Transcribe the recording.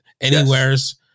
anywhere's